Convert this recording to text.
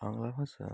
বাংলা ভাষা